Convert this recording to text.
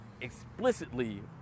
explicitly